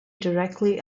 directly